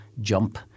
jump